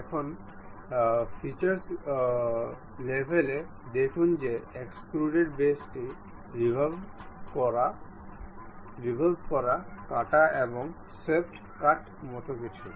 এখন ফিচার্স লেভেলে দেখুন যে এক্সট্রুডেড বেসটি রিভল্ভ করা কাটা এবং সোয়েপ্ট কাট মত কিছু